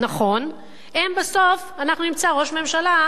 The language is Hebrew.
האג'נדה, האג'נדה שלכם?